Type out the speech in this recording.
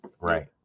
right